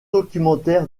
documentaire